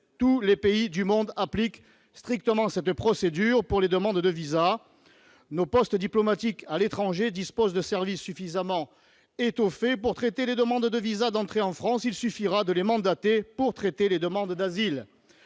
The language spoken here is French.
Tous les pays du monde appliquent strictement cette procédure pour les demandes de visa. Nos postes diplomatiques à l'étranger disposent de services suffisamment étoffés pour traiter les demandes de visa d'entrée en France ; il suffira de les mandater pour traiter les demandes d'asile.